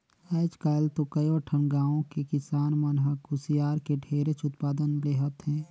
आयज काल तो कयो ठन गाँव के किसान मन ह कुसियार के ढेरेच उत्पादन लेहत हे